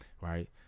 right